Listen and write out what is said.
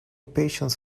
patients